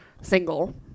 Single